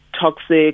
toxic